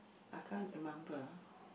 I can't remember